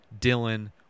Dylan